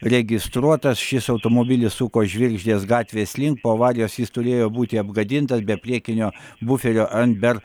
registruotas šis automobilis suko žvirgždės gatvės link po avarijos jis turėjo būti apgadintas be priekinio buferio ant ber